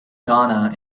ghana